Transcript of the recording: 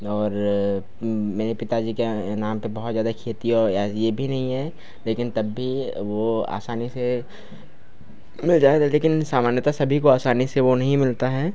और मेरे पिता जी के या नाम पर बहुत ज़्यादा खेती और या यह भी नहीं है लेकिन तब भी वह आसानी से मिल जाएगा लेकिन सामान्यतया सभी को आसानी से वह नहीं मिलता है